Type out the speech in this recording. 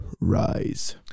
Rise